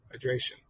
hydration